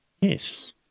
Yes